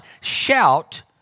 shout